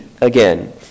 again